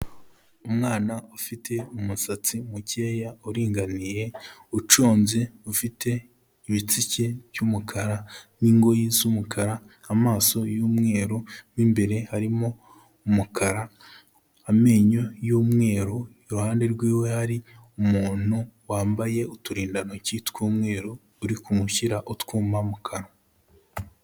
Umwana ufite umusatsi mukeya uringaniye uconze, ufite ibitsike by'umukara n'ingoyi z'umukara, amaso y'umweru mo imbere harimo umukara, amenyo y'umweru, iruhande rwiwe hari umuntu wambaye uturindantoki tw'umweru, uri kumushyira utwuma mu kanwa.